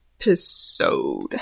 episode